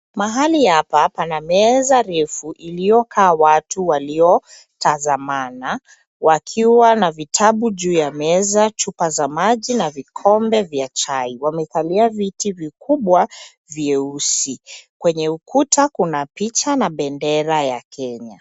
Mahali hapa pana meza refu iliyokaa watu waliotazamana wakiwa na vitabu juu ya meza, chupa za maji na vikombe vya chai. Wamekalia viti vikubwa vyeusi. Kwenye ukuta kuna picha na bendera ya Kenya.